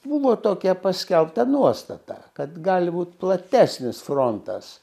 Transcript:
buvo tokia paskelbta nuostata kad gali būt platesnis frontas